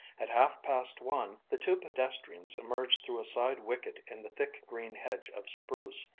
at half-past one, the two pedestrians emerged through a side wicket in the thick green hedge of spruce,